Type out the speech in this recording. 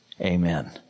Amen